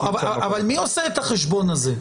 אבל מי עושה את החשבון הזה?